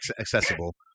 accessible